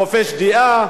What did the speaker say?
חופש דעה,